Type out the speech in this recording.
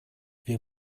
wir